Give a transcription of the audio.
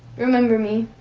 remember me.